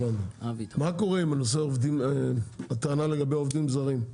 מה קורה עם הטענה לגבי עובדים זרים?